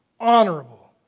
honorable